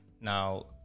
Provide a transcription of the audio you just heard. now